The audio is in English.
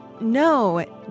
No